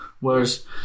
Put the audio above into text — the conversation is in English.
Whereas